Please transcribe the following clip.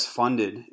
funded